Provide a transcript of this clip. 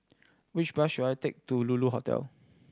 which bus should I take to Lulu Hotel